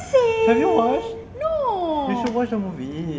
have you watched you should watch the movie